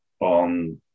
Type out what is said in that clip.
on